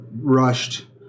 rushed